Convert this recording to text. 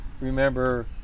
remember